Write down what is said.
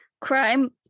crime